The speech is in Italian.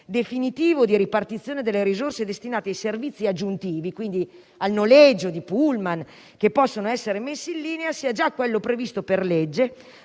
definitivo di ripartizione delle risorse destinate ai servizi aggiuntivi, quindi al noleggio di pullman che possono essere messi in linea, sia quello già previsto per legge,